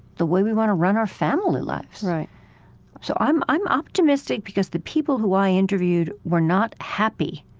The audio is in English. the way we want to run our family lives right so i'm i'm optimistic because the people who i interviewed were not happy